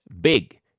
big